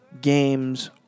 games